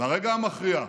ברגע המכריע,